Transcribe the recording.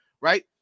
right